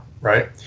right